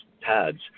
pads